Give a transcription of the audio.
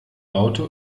raute